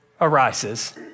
arises